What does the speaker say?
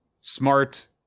smart